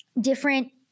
different